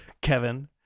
Kevin